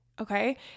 okay